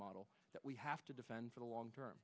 model that we have to defend for the long term